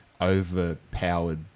overpowered